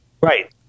Right